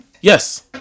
yes